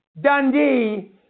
Dundee